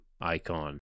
icon